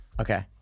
Okay